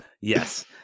Yes